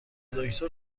دکتر